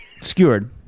Skewered